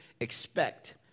expect